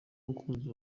umukunzi